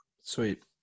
Sweet